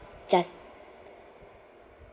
just